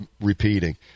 repeating